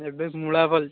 ଏବେ ମୂଳା ଫଳିଛି